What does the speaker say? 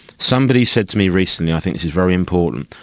somebody said to me recently, i think this is very important,